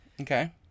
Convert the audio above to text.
Okay